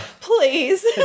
please